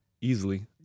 easily